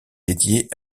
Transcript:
dédiée